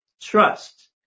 trust